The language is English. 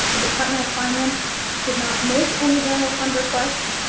the department of finance did not make any general fund requests,